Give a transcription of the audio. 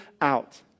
out